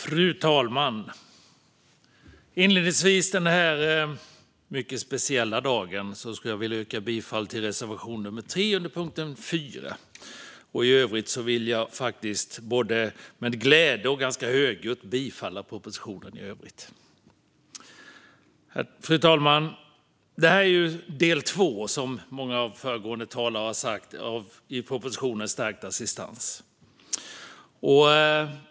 Fru talman! Inledningsvis denna mycket speciella dag skulle jag vilja yrka bifall till reservation nummer 3 under punkt 4. I övrigt vill jag faktiskt både med glädje och ganska högljutt bifalla propositionen. Fru talman! Som många av de föregående talarna har sagt är detta del två när det gäller propositioner om stärkt assistans.